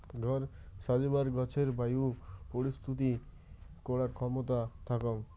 ঘর সাজেবার গছের বায়ু পরিশ্রুতি করার ক্ষেমতা থাকং